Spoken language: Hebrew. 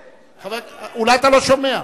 אולי אתה לא שומע.